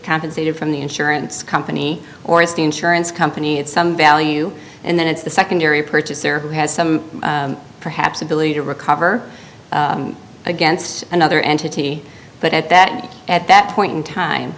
compensated from the insurance company or is the insurance company at some value and then it's the secondary purchaser who has some perhaps ability to recover against another entity but at that at that point in time